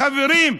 חברים,